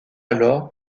alors